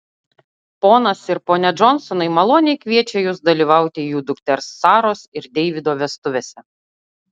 ponas ir ponia džonsonai maloniai kviečia jus dalyvauti jų dukters saros ir deivido vestuvėse